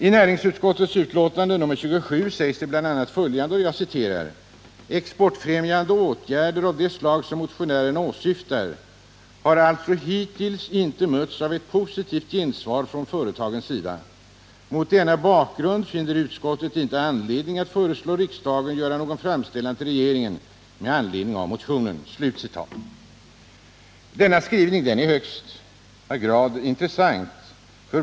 I näringsutskottets betänkande 1978/79:27 sägs bl.a. följande: ”Exportfrämjande åtgärder av det slag som motionärerna åsyftar har alltså hittills inte mötts av ett positivt gensvar från företagens sida. Mot denna bakgrund finner utskottet inte anledning att föreslå riksdagen att göra någon framställning till regeringen med anledning av motionen.” Denna skrivning är i hög grad intressant.